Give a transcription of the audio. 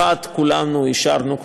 אחת כולנו אישרנו,